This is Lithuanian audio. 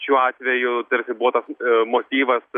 šiuo atveju tarsi buvo tas motyvas